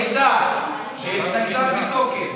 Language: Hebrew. היחידה שהתנגדה בתוקף,